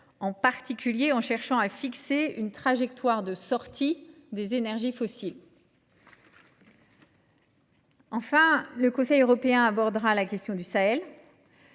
en particulier de chercher à fixer une trajectoire de sortie des énergies fossiles. Enfin, le Conseil européen abordera la question du Sahel.